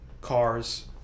Cars